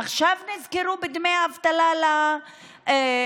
עכשיו נזכרו בדמי אבטלה לעצמאים?